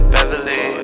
Beverly